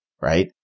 right